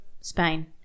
Spain